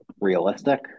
realistic